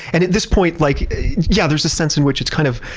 and at this point, like yeah there's this sense in which it's kind of,